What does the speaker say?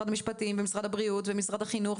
המשפטים ולמשרד הבריאות ולמשרד החינוך,